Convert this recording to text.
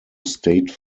state